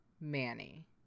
manny